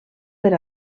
per